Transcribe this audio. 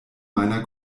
meiner